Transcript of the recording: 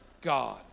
God